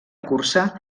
cursa